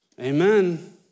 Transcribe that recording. Amen